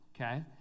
okay